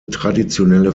traditionelle